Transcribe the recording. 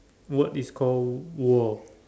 word is called world